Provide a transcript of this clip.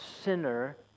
sinner